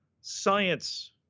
science